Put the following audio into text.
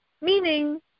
meaning